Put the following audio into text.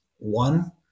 One